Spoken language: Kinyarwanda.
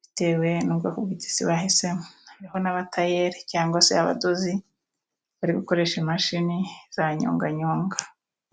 bitewe n'ubwoko bw'itisi bahisemo. Hariho n'abatayeri cyangwa se abadozi bari gukoresha imashini za nyonganyonga.